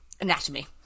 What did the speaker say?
anatomy